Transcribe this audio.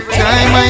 time